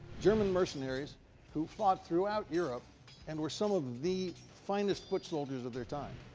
german mercenaries who fought throughout europe and were some of the finest foot soldiers of their time,